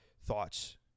thoughts